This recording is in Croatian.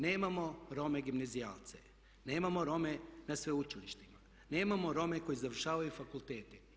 Nemamo Rome gimnazijalce, nemamo Rome na sveučilištima, nemamo Rome koji završavaju fakultete.